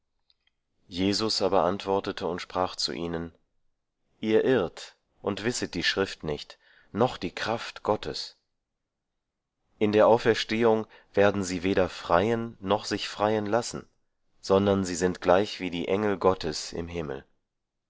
jesus aber antwortete und sprach zu ihnen ihr irrt und wisset die schrift nicht noch die kraft gottes in der auferstehung werden sie weder freien noch sich freien lassen sondern sie sind gleichwie die engel gottes im himmel